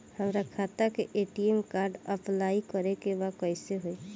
हमार खाता के ए.टी.एम कार्ड अप्लाई करे के बा कैसे होई?